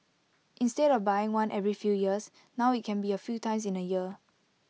instead of buying one every few years now IT can be A few times in A year